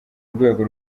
rwego